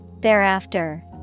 Thereafter